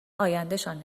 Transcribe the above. آیندهشان